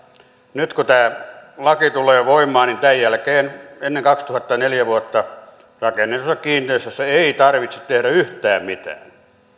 nyt tämän jälkeen kun tämä laki tulee voimaan niin ennen vuotta kaksituhattaneljä rakennetussa kiinteistössä ei tarvitse tehdä yhtään mitään